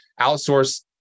outsource